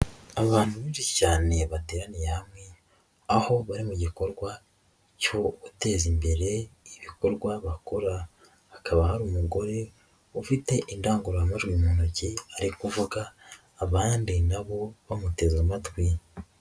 Abantu benshii cyane bateraniye hamwe aho bari mu gikorwa cyo guteza imbere ibikorwa bakora, hakaba hari umugore ufite indangururamajwi mu ntoki ari kuvuga abandi nabo bamuteze amatwi.